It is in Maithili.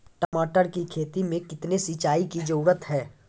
टमाटर की खेती मे कितने सिंचाई की जरूरत हैं?